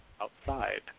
outside